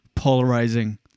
Polarizing